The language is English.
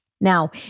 Now